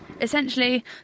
Essentially